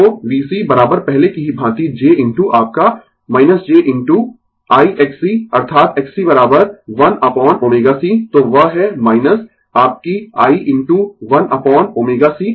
तो VC पहले की ही भांति j इनटू आपका j इनटू I Xc अर्थात Xc 1 अपोन ω c तो वह है आपकी I इनटू 1 अपोन ω c